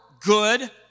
good